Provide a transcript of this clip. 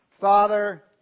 Father